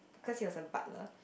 cause he was a butler